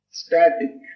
static